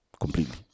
completely